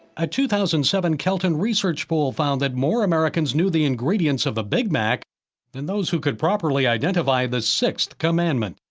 a two thousand and seven kelton research poll found that more americans knew the ingredients of a big mac than those who could properly identify the sixth commandment.